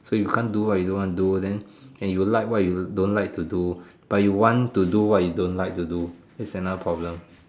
so you can't do what you don't want to do then and you like what you don't like to do but you want to do what you don't like to do that's another problem